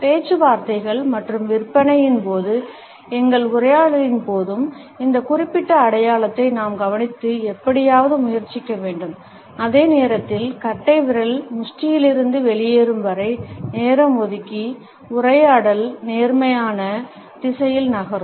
பேச்சுவார்த்தைகள் மற்றும் விற்பனையின் போது எங்கள் உரையாடல்களின் போது இந்த குறிப்பிட்ட அடையாளத்தை நாம் கவனித்து எப்படியாவது முயற்சிக்க வேண்டும் அதே நேரத்தில் கட்டைவிரல் முஷ்டியிலிருந்து வெளியேறும் வரை நேரம் ஒதுக்கி உரையாடல் நேர்மறையான திசையில் நகரும்